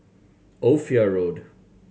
Ophir Road